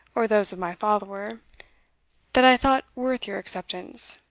or those of my follower, that i thought worth your acceptance